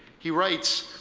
he writes,